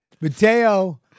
Mateo